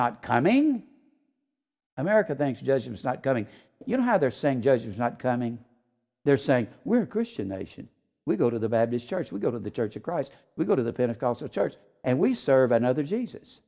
not coming america thanks judge it's not going you know how they're saying judges not coming they're saying we're christian nation we go to the baptist church we go to the church of christ we go to the pentecostal church and we serve another jesus